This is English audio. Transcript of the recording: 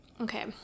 Okay